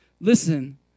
Listen